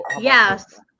yes